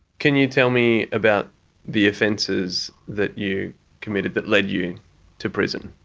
can you tell me about the offences that you committed that led you to prison?